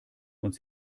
uns